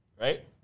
right